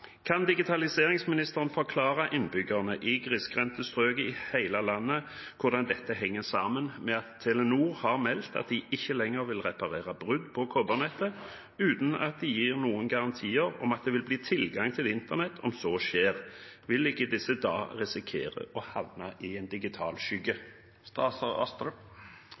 Kan statsråden forklare innbyggerne i grisgrendte strøk i landet hvordan dette henger sammen med at Telenor har meldt at de ikke lenger vil reparere brudd på kobbernettet, uten at de gir noen garantier om at det vil bli tilgang til internett om så skjer, og vil ikke disse da risikere å havne i en digital skygge?»